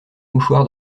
mouchoir